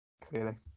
Clearly